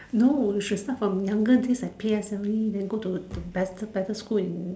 no you should start from younger days like P_S_L_E then go to the better better school in